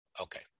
Okay